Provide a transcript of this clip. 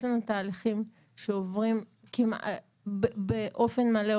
יש לנו תהליכים שעוברים באופן מלא,